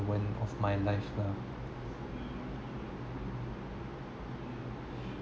moment of my life lah